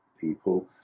people